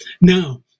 Now